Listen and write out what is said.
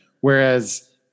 Whereas